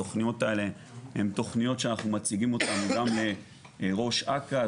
התוכניות האלה הם תוכניות שאנחנו מציגים אותן גם לראש אכ"א,